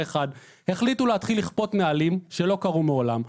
החליטו להתחיל לכפות נהלים שלא קרו מעולם.